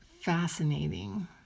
fascinating